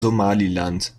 somaliland